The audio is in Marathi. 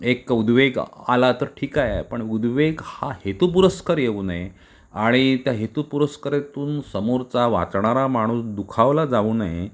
एक उद्वेग आला तर ठीक आहे पण उद्वेग हा हेतुपुरस्सर येऊ नये आणि त्या हेतुपुरस्सरतून समोरचा वाचणारा माणूस दुखावला जाऊ नये